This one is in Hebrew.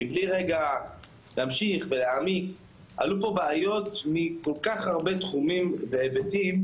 מבלי להמשיך ולהעמיק רגע - עלו פה בעיות מכל כך הרבה תחומים והיבטים,